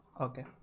okay